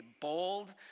bold